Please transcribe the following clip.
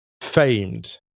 famed